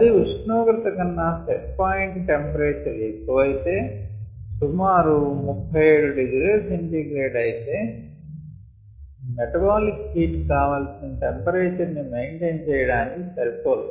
గది ఉష్ణోగ్రత కన్నా సెట్ పాయింట్ టెంపరేచర్ ఎక్కువ అయితే సుమారు 37 ºC అయితే మెటబాలిక్ హీట్ కావాల్సిన టెంపరేచర్ ని మెయింటైన్ చేయడానికి సరిపోదు